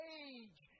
age